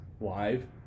live